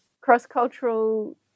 cross-cultural